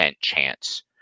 chance